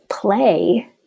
play